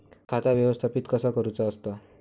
खाता व्यवस्थापित कसा करुचा असता?